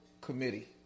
committee